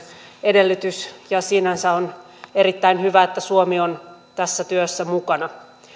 edellytys ja sinänsä on erittäin hyvä että suomi on tässä työssä mukana